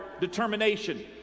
determination